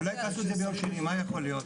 אולי תעשו את זה ביום שני, מה יכול להיות?